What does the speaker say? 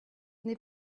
n’est